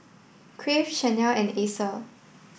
crave Chanel and Acer